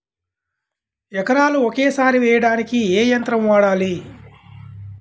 ఎకరాలు ఒకేసారి వేయడానికి ఏ యంత్రం వాడాలి?